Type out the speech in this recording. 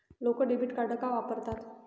लोक debit card का वापरतात?